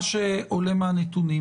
מה שעולה מהנתונים